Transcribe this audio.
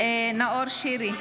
נאור שירי,